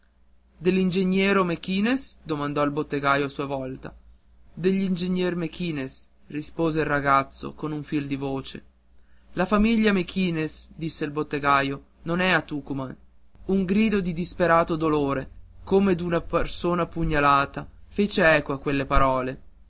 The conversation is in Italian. mequinez dell'ingeniero mequinez domandò il bottegaio alla sua volta dell'ingegnere mequinez rispose il ragazzo con un fil di voce la famiglia mequinez disse il bottegaio non è a tucuman un grido di disperato dolore come d'una persona pugnalata fece eco a quelle parole